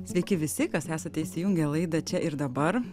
sveiki visi kas esate įsijungę laidą čia ir dabar